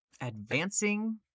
advancing